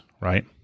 right